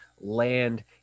land